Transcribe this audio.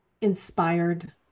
inspired